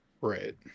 right